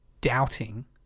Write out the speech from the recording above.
doubting